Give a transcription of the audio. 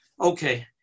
Okay